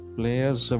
players